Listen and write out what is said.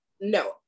no